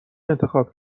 انتخاب